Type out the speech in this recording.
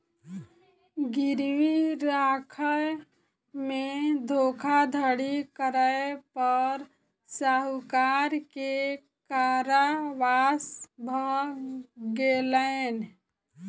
गिरवी राखय में धोखाधड़ी करै पर साहूकार के कारावास भ गेलैन